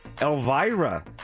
Elvira